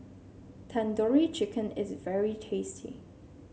Tandoori Chicken is very tasty